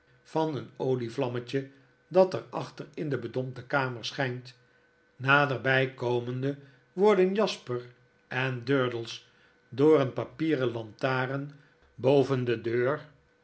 van eene schutting voor den platgetrapten tuin wjl de reizigers zoo aan het worden jasper en durdels door een papieren lantaren boven de deur